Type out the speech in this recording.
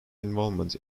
involvement